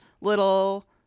little